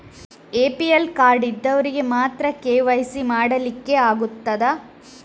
APL card ಇದ್ದವರಿಗೆ ಮಾತ್ರ KYC ಮಾಡಲಿಕ್ಕೆ ಆಗುತ್ತದಾ?